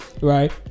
right